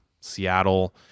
Seattle